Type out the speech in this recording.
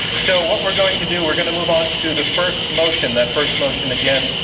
so what we're going to do we're going to move on to the first motion. that first motion, again,